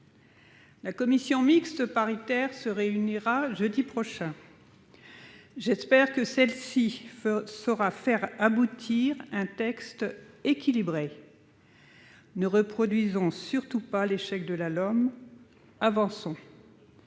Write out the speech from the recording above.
La commission mixte paritaire se réunira jeudi prochain. J'espère qu'elle pourra aboutir à l'adoption d'un texte équilibré. Ne reproduisons surtout pas l'échec de la LOM : avançons